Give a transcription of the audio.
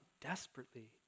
desperately